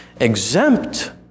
exempt